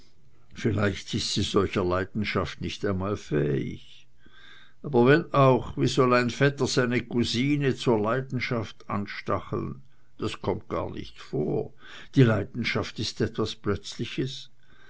vielleicht ist sie solcher leidenschaft nicht einmal fähig aber wenn auch wie soll ein vetter seine cousine zur leidenschaft anstacheln das kommt gar nicht vor die leidenschaft ist etwas plötzliches